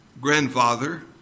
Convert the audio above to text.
grandfather